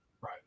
Right